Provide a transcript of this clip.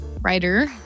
writer